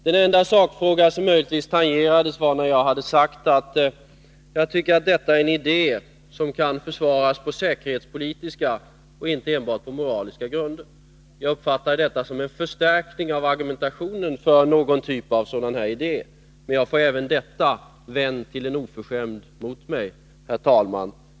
Den enda sakfråga som möjligtvis tangerades var den som uppkom när jag sagt att jag tycker att detta är en idé som kan försvaras på säkerhetspolitiska och inte enbart på moraliska grunder. Jag uppfattade detta som en förstärkning av argumentationen för någon typ av sådan här idé. Men jag får även detta vänt till en oförskämdhet mot mig. Herr talman!